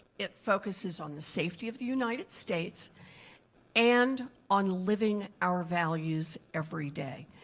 it focuses on the safety of the united states and on living our values every day.